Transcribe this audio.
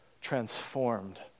transformed